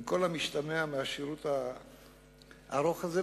עם כל המשתמע מהשירות הארוך הזה,